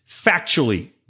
factually